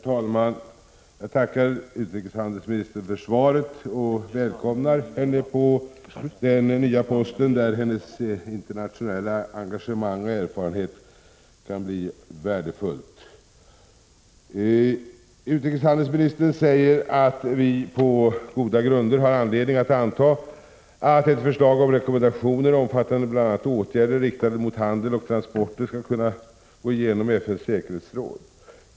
Herr talman! Jag tackar utrikeshandelsministern för svaret och välkomnar henne på den nya posten där hennes internationella engagemang och erfarenhet kan bli värdefulla. Utrikeshandelsministern säger att vi på goda grunder har anledning anta att ett förslag om rekommendationer omfattande bl.a. åtgärder riktade mot handel och transporter skall kunna gå igenom i FN:s säkerhetsråd.